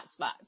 hotspots